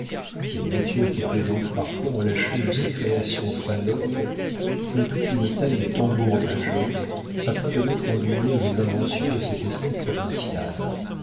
mais la nature qui plaisante parfois en lâchant de ces créations falotes l'a douée d'une taille de tambour-major afin de mettre en lumière les inventions de cet esprit provincial